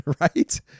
right